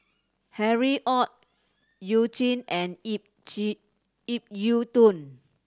Harry Ord You Jin and Ip G Ip Yiu Tung